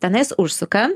tenais užsuka